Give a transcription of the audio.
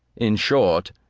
in short,